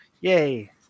Yay